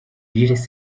jules